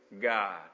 God